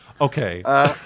Okay